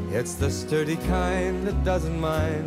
neatstas turi kainą dažnai